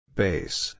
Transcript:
base